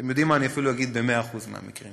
אתם יודעים מה, אני אפילו אגיד ב-100% המקרים.